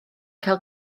cael